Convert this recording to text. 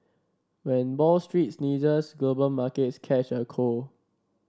when Wall Street sneezes global markets catch a cold